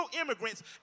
immigrants